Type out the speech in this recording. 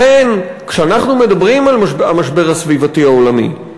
לכן, כשאנחנו מדברים על המשבר הסביבתי העולמי,